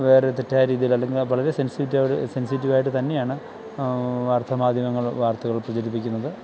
വേറെ തെറ്റായ രീതിയിലോ അല്ലെങ്കിൽ വളരെ സെൻസിറ്റോടി സെന്സിറ്റീവായിട്ടു തന്നെയാണ് വാര്ത്താ മാധ്യമങ്ങള് വാര്ത്തകള് പ്രചരിപ്പിക്കുന്നത്